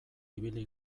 ibili